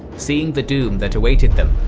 seeing the doom that awaited them,